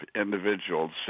individuals